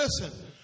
listen